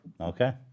Okay